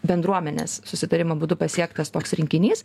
bendruomenės susitarimo būdu pasiektas toks rinkinys